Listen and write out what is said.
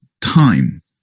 Time